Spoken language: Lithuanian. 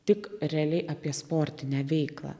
tik realiai apie sportinę veiklą